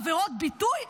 עבירות ביטוי.